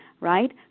right